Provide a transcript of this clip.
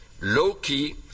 low-key